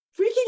Freaking